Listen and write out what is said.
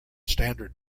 standard